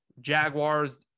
Jaguars